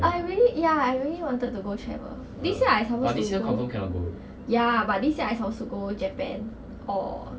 I really ya I really wanted to go travel this year I suppose to go ya but this year I suppose to go japan or